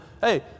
Hey